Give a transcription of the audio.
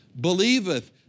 believeth